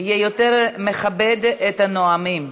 זה יותר מכבד את הנואמים.